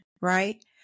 right